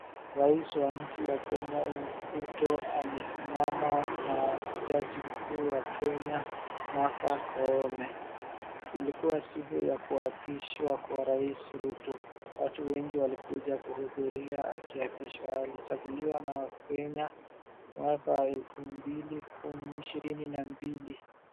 Rais wa nchi ya Kenya Ruto amesimama na jaji mkuu wa kenya Martha Koome, ilikuwa siku ya kuapishwa kwa Rais Ruto, watu wengi walikuja kuhudhuria akiapishwa. Alichaguliwa na wakenya mwaka wa elfu mbili ishirini na mbili.